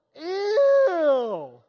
Ew